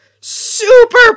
super